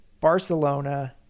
Barcelona